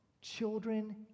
children